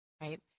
right